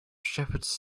shepherds